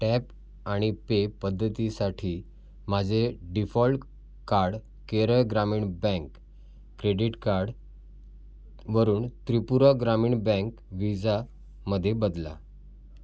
tap आणि pay पद्धतीसाठी माझे default card Kerala Gramin bank credit कार्डवरून त्रिपुरा ग्रामीण बँक विजामध्ये बदला